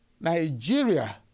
Nigeria